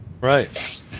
Right